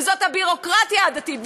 וזאת הביורוקרטיה הדתית,